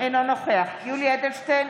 אינו נוכח יולי יואל אדלשטיין,